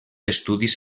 estudis